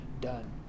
done